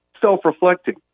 self-reflecting